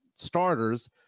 Starters